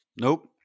nope